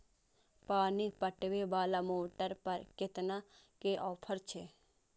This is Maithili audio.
पानी पटवेवाला मोटर पर केतना के ऑफर छे?